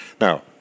Now